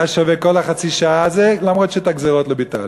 הייתה שווה כל חצי השעה הזאת למרות שאת הגזירות לא ביטלנו.